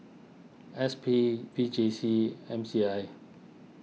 S P V J C M C I